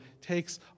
takes